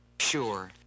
Sure